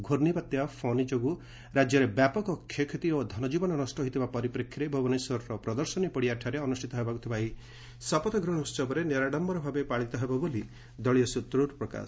ଘର୍ଷ୍ଣବାତ୍ୟା ଫନୀ ଯୋଗୁଁ ରାଜ୍ୟରେ ବ୍ୟାପକ କ୍ଷୟକ୍ଷତି ଓ ଧନଜୀବନ ନଷ୍ଟ ହୋଇଥିବା ପରିପ୍ରେକ୍ଷୀରେ ଭ୍ରବନେଶ୍ୱରର ପ୍ରଦର୍ଶନୀ ପଡ଼ିଆଠାରେ ଅନ୍ମଷ୍ଠିତ ହେବାକୁ ଥିବା ଏହି ଶପଥଗ୍ରହଣ ଉହବ ନିରାଡମ୍ବର ଭାବରେ ପାଳିତ ହେବ ବୋଲି ଦଳୀୟ ସୂତ୍ରରୁ ପ୍ରକାଶ